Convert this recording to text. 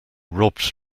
robbed